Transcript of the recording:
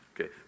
Okay